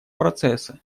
процесса